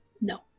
No